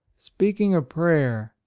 speaking of prayer,